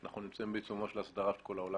אנחנו נמצאים בעיצומה של הסדרת העולם